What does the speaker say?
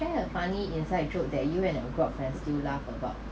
tell a funny inside joke that you and your good friend still laugh about